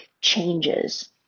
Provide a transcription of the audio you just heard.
changes